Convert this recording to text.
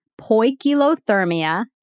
poikilothermia